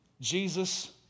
Jesus